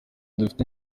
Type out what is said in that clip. dufite